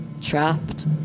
trapped